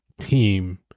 team